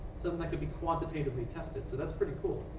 something that could be quantitatively tested. so that's pretty cool.